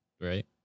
right